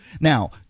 Now